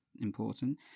important